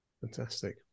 Fantastic